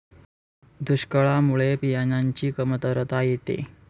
दुष्काळामुळे बियाणांची कमतरता येते